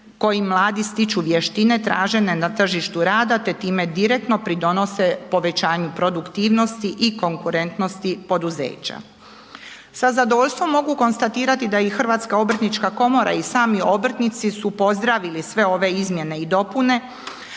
kojim mladi stječu vještine tražene na tržištu rada te time direktno pridonose povećanju produktivnosti i konkurentnosti poduzeća. Sa zadovoljstvom mogu konstatirati da i HOK i sami obrtnici su pozdravili sve ove izmjene i dopune,